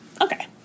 okay